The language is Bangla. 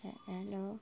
হ্যাঁ হ্যালো